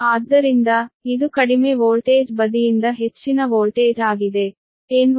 ಆದ್ದರಿಂದ ಇದು ಕಡಿಮೆ ವೋಲ್ಟೇಜ್ ಬದಿಯಿಂದ ಹೆಚ್ಚಿನ ವೋಲ್ಟೇಜ್ ಆಗಿದೆ